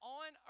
on